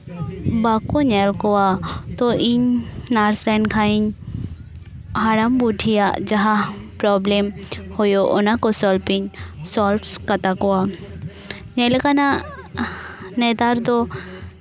ᱵᱟᱠᱚ ᱧᱮᱞ ᱠᱚᱣᱟ ᱛᱚ ᱤᱧ ᱱᱟᱨᱥ ᱞᱮᱱ ᱠᱷᱟᱱᱤᱧ ᱦᱟᱲᱟᱢ ᱵᱩᱰᱷᱤᱭᱟᱜ ᱡᱟᱦᱟᱸ ᱯᱨᱚᱵᱽᱞᱮᱢ ᱦᱩᱭᱩᱜ ᱚᱱᱟ ᱠᱚ ᱥᱚᱞᱵᱷ ᱤᱧ ᱥᱚᱞᱵᱷ ᱠᱟᱛᱟ ᱠᱚᱣᱟ ᱧᱮᱞᱟᱠᱟᱱᱟ ᱱᱮᱛᱟᱨ ᱫᱚ